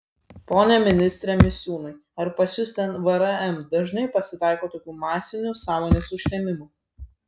pone ministre misiūnai ar pas jus ten vrm dažnai pasitaiko tokių masinių sąmonės užtemimų